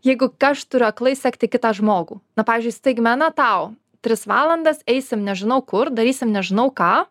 jeigu ką aš turiu aklai sekti kitą žmogų na pavyzdžiui staigmena tau tris valandas eisim nežinau kur darysim nežinau ką